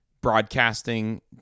broadcasting